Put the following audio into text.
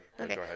okay